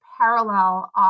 parallel